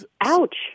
Ouch